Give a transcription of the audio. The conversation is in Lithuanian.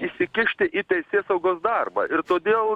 įsikišti į teisėsaugos darbą ir todėl